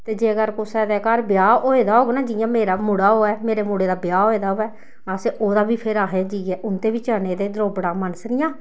ते जेकर कुसै दे घर ब्याह् होए दा होग ना जि'यां मेरा मुड़ा होऐ मेरे मुड़े दा ब्याह् होए दा होऐ असें ओह्दा बी फिर असें जाइयै उं'दे बी चने ते द्रोपड़ां मनसनियां